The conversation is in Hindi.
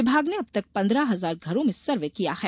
विभाग ने अबतक पन्द्रह हजार घरों में सर्वे किया है